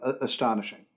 astonishing